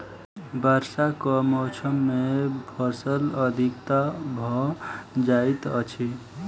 वर्षाक मौसम मे फलक अधिकता भ जाइत अछि